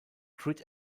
grid